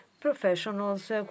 professionals